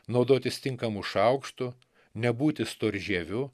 naudotis tinkamu šaukštu nebūti storžieviu